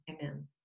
Amen